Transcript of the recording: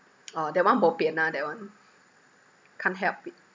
orh that one bo pian ah that one can't help